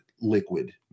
liquid